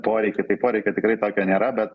poreikį tai poreikio tikrai tokio nėra bet